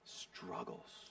struggles